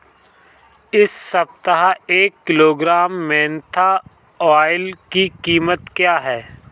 इस सप्ताह एक किलोग्राम मेन्था ऑइल की कीमत क्या है?